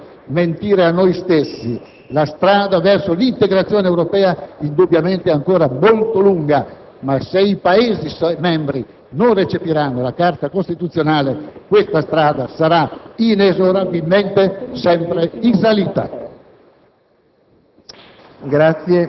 E allora, Presidente, non possiamo mentire a noi stessi: la strada verso l'integrazione europea indubbiamente è ancora molto lunga, ma se i Paesi membri non recepiranno la Carta costituzionale, questa strada sarà inesorabilmente sempre in salita.